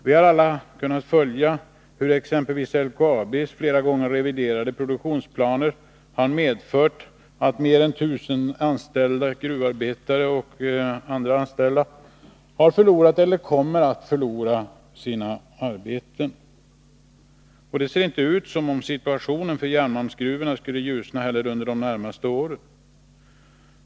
Vi har alla kunnat följa hur exempelvis LKAB:s flera gånger reviderade produktionsplaner har medfört att mer än 19000 gruvarbetare och andra anställda har förlorat eller kommer att förlora sina arbeten. Det ser inte ut som om situationen för järnmalmsgruvorna skulle ljusna under de närmaste åren.